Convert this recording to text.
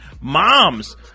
moms